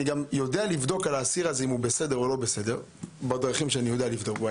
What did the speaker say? אני גם יודע לבדוק אם האסיר הזה בסדר או לא בסדר בדרכים שני יודע לבדוק.